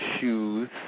shoes